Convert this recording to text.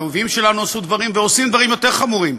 האויבים שלנו עשו דברים ועושים דברים יותר חמורים,